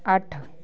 ਅੱਠ